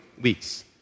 weeks